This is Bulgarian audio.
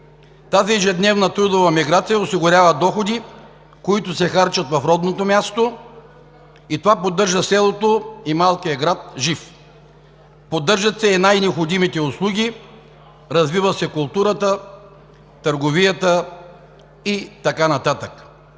Тази ежедневна трудова миграция осигурява доходи, които се харчат в родното място, и това поддържа селото и малкия град жив, поддържат се най-необходимите услуги, развиват се културата, търговията и така нататък.